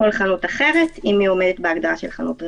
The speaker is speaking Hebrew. כל חנות אחרת, אם היא עומדת בהגדרה של חנות רחוב,